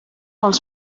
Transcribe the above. els